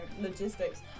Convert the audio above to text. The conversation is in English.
logistics